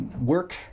work